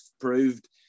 proved